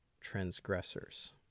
transgressors